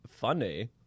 Funny